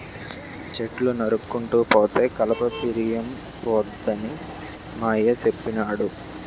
చెట్లు నరుక్కుంటూ పోతే కలప పిరియంపోద్దని మా అయ్య సెప్పినాడు